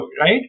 right